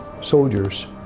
soldiers